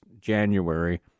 January